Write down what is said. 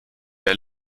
der